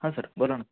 हां सर बोला ना